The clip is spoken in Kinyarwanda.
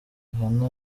rihanna